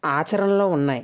ఆచరణలో ఉన్నాయి